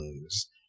lose